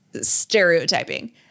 stereotyping